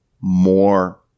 more